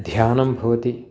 ध्यानं भवति